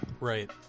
Right